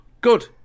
Good